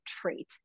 trait